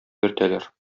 йөртәләр